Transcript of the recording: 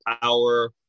power